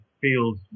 feels